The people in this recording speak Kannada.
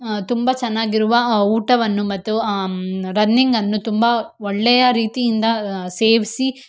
ತುಂಬ ಚೆನ್ನಾಗಿರುವ ಊಟವನ್ನು ಮತ್ತು ರನ್ನಿಂಗನ್ನು ತುಂಬ ಒಳ್ಳೆಯ ರೀತಿಯಿಂದ ಸೇವಿಸಿ